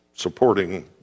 supporting